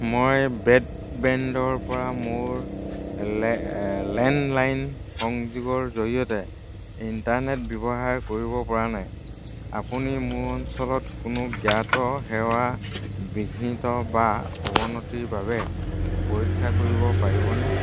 মই ব্ৰডবেণ্ডৰ পৰা মোৰ লে লেণ্ডলাইন সংযোগৰ জৰিয়তে ইণ্টাৰনেট ব্যৱহাৰ কৰিব পৰা নাই আপুনি মোৰ অঞ্চলত কোনো জ্ঞাত সেৱা বিঘ্নিত বা অৱনতিৰ বাবে পৰীক্ষা কৰিব পাৰিবনে